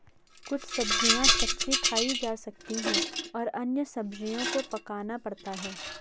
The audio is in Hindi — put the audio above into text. कुछ सब्ज़ियाँ कच्ची खाई जा सकती हैं और अन्य सब्ज़ियों को पकाना पड़ता है